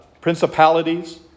principalities